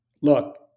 look